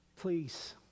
Please